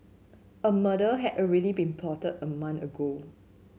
a murder had already been plotted a month ago